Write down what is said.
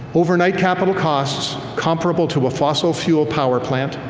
overnight capital costs comparable to a fossil fuel power plant.